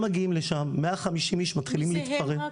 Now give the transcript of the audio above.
הם מגיעים לשם, 150 איש מתחילים --- מי זה הם?